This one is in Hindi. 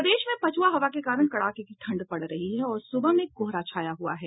प्रदेश में पछुआ हवा के कारण कड़ाके की ठंड पड़ रही है और सुबह में कोहरा छाया हुआ है